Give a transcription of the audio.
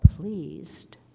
pleased